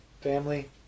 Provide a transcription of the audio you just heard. family